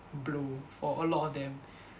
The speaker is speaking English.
blow for a lot of them